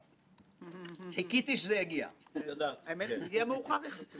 יש סמכויות אמיתיות של אכיפה של הוועדה הזאת.